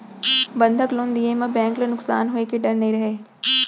बंधक लोन दिये म बेंक ल नुकसान होए के डर नई रहय